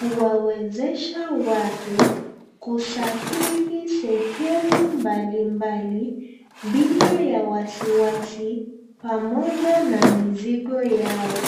wawezesha watu kusafiri sehemu mbali mbali bila ya wasi wasi pamoja na mizigo yao.